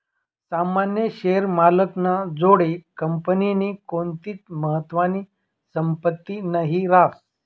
सामान्य शेअर मालक ना जोडे कंपनीनी कोणतीच महत्वानी संपत्ती नही रास